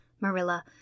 Marilla